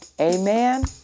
Amen